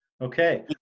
Okay